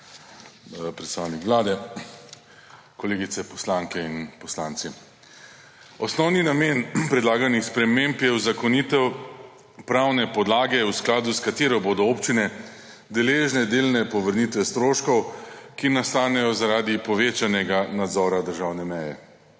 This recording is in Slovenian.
predstavnik vlade, kolegice poslanke in poslanci. Osnovni namen predlaganih sprememb je uzakonitev pravne podlage, v skladu s katero bodo občine deležne delne povrnitve stroškov, ki nastanejo zaradi povečanega nadzora državne meje.